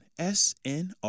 SNR